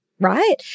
right